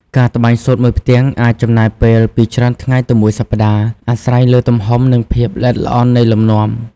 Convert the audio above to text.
ការត្បាញសូត្រមួយផ្ទាំងអាចចំណាយពេលពីច្រើនថ្ងៃទៅមួយសប្ដាហ៍ អាស្រ័យលើទំហំ និងភាពល្អិតល្អន់នៃលំនាំ។